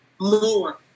more